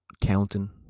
counting